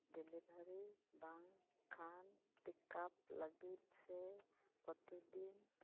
delivery ᱵᱟᱝ ᱠᱷᱟᱱ pickup ᱞᱟᱹᱜᱤᱫ ᱥᱮ ᱯᱚᱛᱤᱫᱤᱱ